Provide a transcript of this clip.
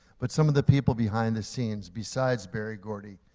but some of the people behind the scenes besides berry gordy,